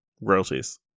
royalties